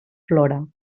flora